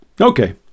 Okay